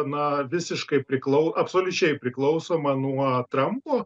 na visiškai priklau absoliučiai priklausoma nuo trampo